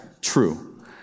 true